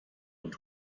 und